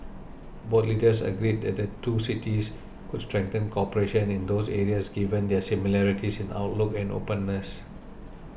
both leaders agreed that the two cities could strengthen cooperation in those areas given their similarities in outlook and openness